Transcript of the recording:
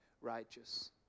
righteous